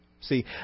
See